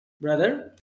brother